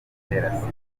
itera